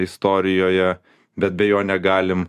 istorijoje bet be jo negalim